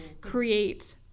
create